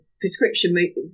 prescription